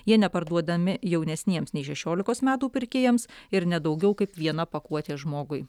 jie neparduodami jaunesniems nei šešiolikos metų pirkėjams ir ne daugiau kaip viena pakuotė žmogui